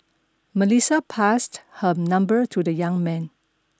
Melissa passed her number to the young man